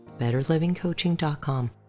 betterlivingcoaching.com